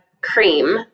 cream